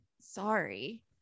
sorry